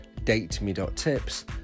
dateme.tips